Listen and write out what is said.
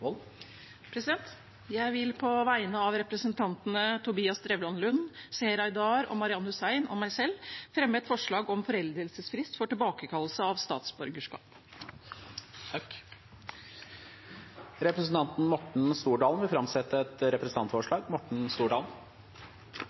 representantforslag. Jeg vil på vegne av representantene Tobias Drevland Lund, Seher Aydar, Marian Hussein og meg selv fremme et forslag om foreldelsesfrist for tilbakekallelse av statsborgerskap. Representanten Morten Stordalen vil framsette et representantforslag.